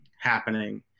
happening